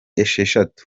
esheshatu